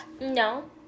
No